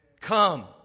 Come